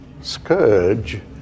Scourge